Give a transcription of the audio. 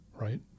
right